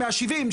מאה שבעים,